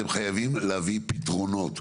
אתם חייבים להביא פתרונות,